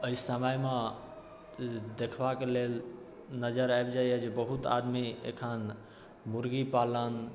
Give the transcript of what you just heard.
एहि समयमे देखबाके लेल नजरि आबि जाइए जे बहुत आदमी एखन मुर्गीपालन